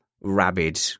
rabid